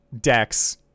Dex